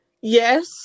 yes